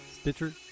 Stitcher